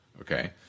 okay